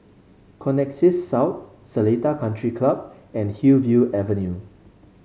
Connexis South Seletar Country Club and Hillview Avenue